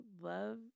love